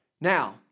Now